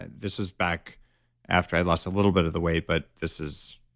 and this was back after i lost a little bit of the weight, but this is,